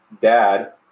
dad